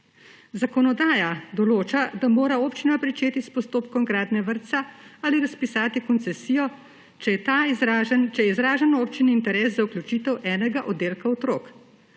Zakonodaja določa, da mora občina pričeti s postopkom gradnje vrtca ali razpisati koncesijo, če je izražen v občini interes za vključitev enega oddelka otrok.